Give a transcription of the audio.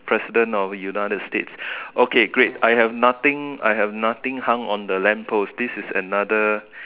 president of United States okay great I have nothing I have nothing hung on the lamp post this is another